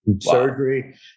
Surgery